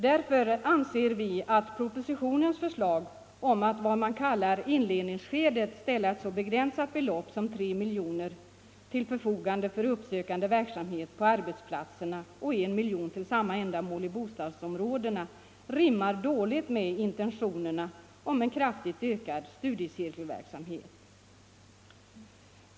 Därför anser vi att propositionens förslag om att under vad man kallar inledningsskedet ställa ett så begränsat belopp som 3 miljoner till förfogande för uppsökande verksamhet på arbetsplatserna och 1 miljon till samma ändamål i bostadsområdena 67 rimmar dåligt med intentionerna om en kraftigt ökad studiecirkelverksamhet.